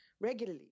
regularly